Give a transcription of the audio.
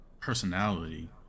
personality